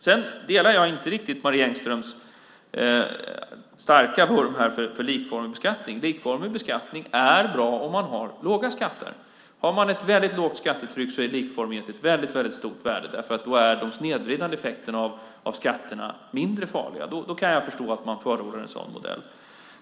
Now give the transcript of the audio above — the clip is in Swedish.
Jag delar inte riktigt Marie Engströms starka vurm för likformig beskattning. Likformig beskattning är bra om man har låga skatter. Om man har ett väldigt lågt skattetryck är likformighet ett mycket stort värde, för då är de snedvridande effekterna av skatterna mindre farliga. Då kan jag förstå att man förordar en sådan modell.